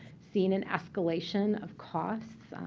seen an escalation of costs.